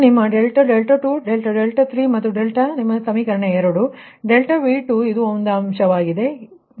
ಇದು ನಿಮ್ಮ ∆2 ∆3 ಮತ್ತು ಡೆಲ್ಟಾ ನಿಮ್ಮ ಸಮೀಕರಣ 2 ರಿಂದ ∆V2 ಇದು ಒಂದೇ ಅಂಶವಾಗಿದೆ∆Q2dQ2dV2